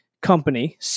Company